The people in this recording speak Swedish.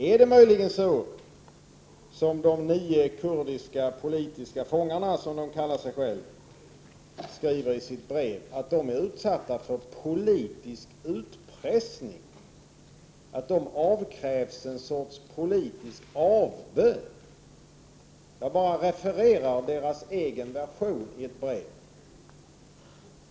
Är det möjligen så att de nio kurdiska politiska fångar, som de kallar sig själva i sitt brev, är utsatta för politisk utpressning, att de avkrävs en politisk avbön? Jag bara refererar deras egen version i ett brev.